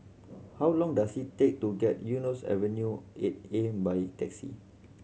how long does it take to get Eunos Avenue Eight A by taxi